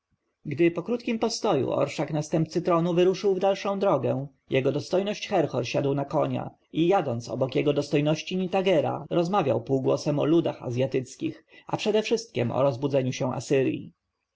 gdy po krótkim postoju orszak następcy tronu wyruszył w dalszą drogę jego dostojność herhor siadł na konia i jadąc obok jego dostojności nitagera rozmawiał półgłosem o ludach azjatyckich a przedewszystkiem o rozbudzeniu się asyrji